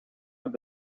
have